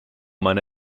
meine